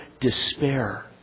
despair